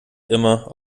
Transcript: immer